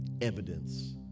evidence